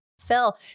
Phil